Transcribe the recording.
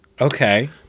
Okay